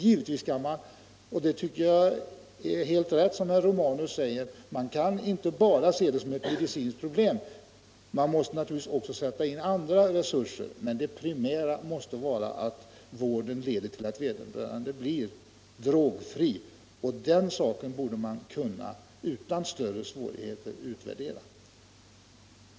Givetvis skall vi inte se detta — och där tycker jag att herr Romanus har helt rätt — bara som ett medicinskt problem. Man måste också sätta in andra resurser. Men det primära måste vara att vården leder till att vederbörande blir drogfri. Den saken borde man utan större svårigheter få fram genom en utvärdering.